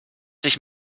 sich